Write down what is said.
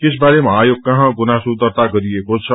यस बारेमा आयोगकहाँ गुनासो दर्त्ता गराइएको छ